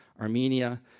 Armenia